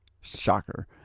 Shocker